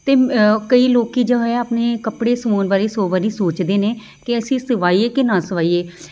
ਅਤੇ ਕਈ ਲੋਕ ਜੋ ਹੈ ਆਪਣੇ ਕੱਪੜੇ ਸਿਊਣ ਬਾਰੇ ਸੌ ਵਾਰੀ ਸੋਚਦੇ ਨੇ ਕਿ ਅਸੀਂ ਸਵਾਈਏ ਕਿ ਨਾ ਸਵਾਈਏ